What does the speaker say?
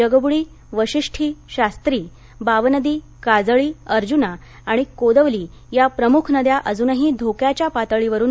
जगबूडी वाशिष्ठी शास्त्री बावनदी काजळी अर्जूना आणि कोदवली या प्रमुख नद्या अजूनही धोक्याच्या पातळीवरून वाहत आहेत